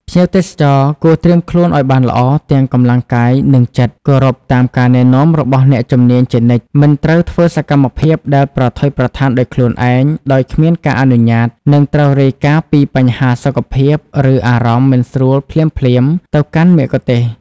ភ្ញៀវទេសចរគួរត្រៀមខ្លួនឱ្យបានល្អទាំងកម្លាំងកាយនិងចិត្ត គោរពតាមការណែនាំរបស់អ្នកជំនាញជានិច្ច មិនត្រូវធ្វើសកម្មភាពដែលប្រថុយប្រថានដោយខ្លួនឯងដោយគ្មានការអនុញ្ញាត និងត្រូវរាយការណ៍ពីបញ្ហាសុខភាពឬអារម្មណ៍មិនស្រួលភ្លាមៗទៅកាន់មគ្គុទ្ទេសក៍។